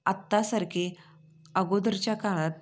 आत्तासारखे अगोदरच्या काळात